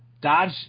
Dodge